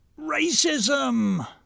racism